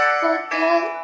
forget